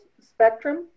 spectrum